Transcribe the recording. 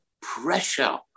pressure